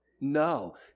No